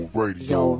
radio